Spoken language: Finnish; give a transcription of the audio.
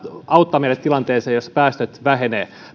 auttaa meidät tilanteeseen jossa päästöt vähenevät